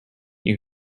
you